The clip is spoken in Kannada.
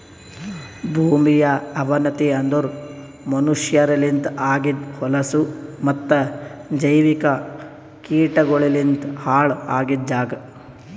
ಭೂಮಿಯ ಅವನತಿ ಅಂದುರ್ ಮನಷ್ಯರಲಿಂತ್ ಆಗಿದ್ ಹೊಲಸು ಮತ್ತ ಜೈವಿಕ ಕೀಟಗೊಳಲಿಂತ್ ಹಾಳ್ ಆಗಿದ್ ಜಾಗ್